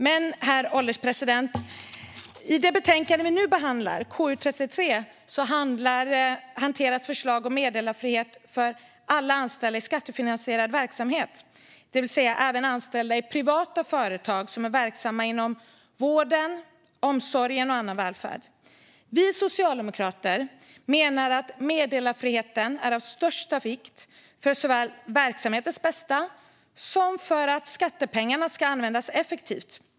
Men, herr ålderspresident, i det betänkande vi nu behandlar, KU33, hanteras förslag om meddelarfrihet för alla anställda i skattefinansierad verksamhet, det vill säga även anställda i privata företag som är verksamma inom vård, omsorg och annan välfärd. Vi socialdemokrater menar att meddelarfrihet är av största vikt såväl för verksamhetens bästa som för att skattepengarna ska användas effektivt.